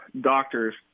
doctors